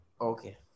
okay